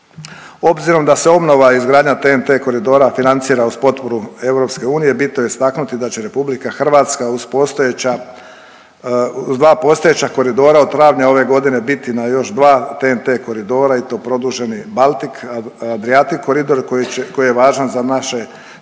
Obzirom da se obnova i izgradnja TNT koridora financira uz potporu EU, bitno je istaknuti da će RH uz postojeća, dva postojeća koridora od travnja ove godine biti na još 2 TNT koridora i to produženi Baltik, Adriatic koridor koji je važan za naše